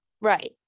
Right